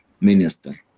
minister